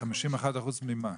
51% ממה?